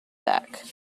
back